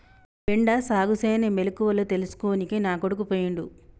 బెండ సాగుసేనే మెలకువల తెల్సుకోనికే నా కొడుకు పోయిండు